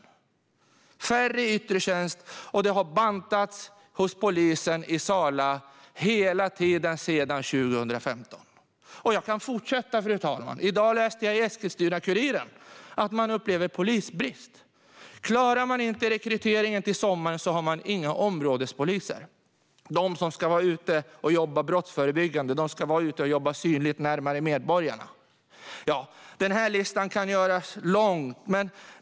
Det är färre i yttre tjänst, och det har bantats hos polisen i Sala hela tiden sedan 2015. Och jag kan fortsätta, fru talman. I dag läste jag i Eskilstuna-Kuriren att man upplever polisbrist. Om man inte klarar rekryteringen till sommaren har man inga områdespoliser. Det är de som ska vara ute och jobba brottsförebyggande och synligt, närmare medborgarna. Listan kan göras lång.